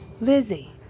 Lizzie